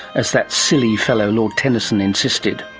as that silly fellow lord tennyson insisted?